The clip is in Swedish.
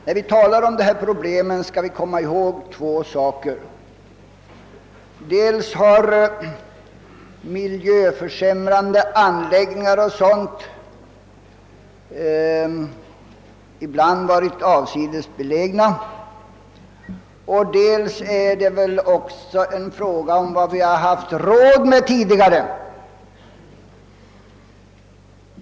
När vi talar om dessa problem skall vi omedelbart komma ihåg två saker, dels har miljöförsämrande anläggningar och sådant ibland varit avsides belägna, dels är det hela en fråga om vad man har haft råd med tidigare.